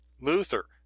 luther